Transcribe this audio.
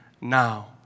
now